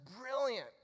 brilliant